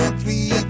three